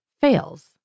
fails